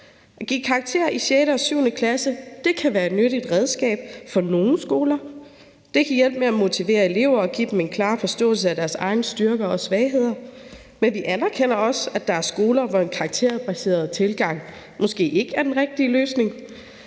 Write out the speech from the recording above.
At give karakterer i 6. og 7. klasse kan være et nyttigt redskab for nogle skoler. Det kan hjælpe med at motivere elever og give dem en klarere forståelse af deres egne styrker og svagheder. Men vi anerkender også, at der er skoler, hvor en karakterbaseret tilgang måske ikke er den rigtige løsning.